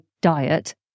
diet